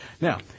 Now